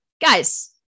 guys